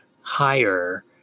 higher